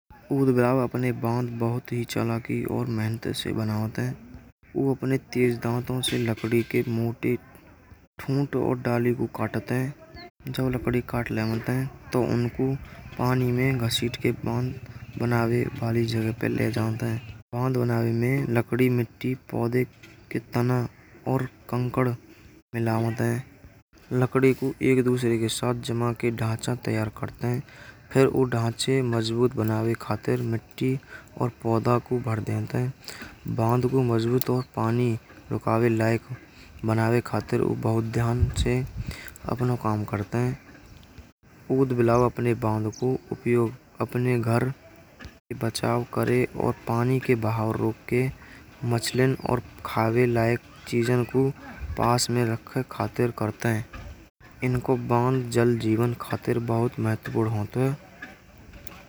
पुदवियाब अपने बांध भूत ही चालाकी और मेहनत से बनावत है। औ अपने तेज दाँतो से लकड़ी के मोटे ठूठ और डाली को काटत है। जब लकड़ी काट लेमत है तो उनको पानी मैं घसीट के बांध बना लेमत है। बांध बनावे मैं लकड़ी, मिट्टी और पौधे के तना और कंकड़ मिलावट है। लकड़ी को एक दूसरे के साथ जमा के ढांचा तैयार करते है। फिर औ ढांचे के मजबूत बनाये खातिर और पौधा को भर देत हैं। बांध को मजबूत और पानी रुकावे लायक बनावे खातिर भूत ध्यान से अपनो काम करते हैं। पुदवियाब अपने बांध को उपयोग अपने घर का बचाव करे। और पानी के बहाव रोके। मछलियाँ और खावे कईक चीजो को पास में रख कर खातिर करते हेंगे। इनको बांध जल जीवन खातिर भूत महत्वपूर्ण होतौ है।